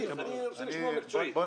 אני רוצה לשמוע מקצועית.